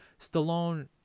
Stallone